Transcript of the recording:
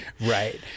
Right